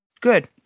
Good